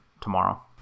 tomorrow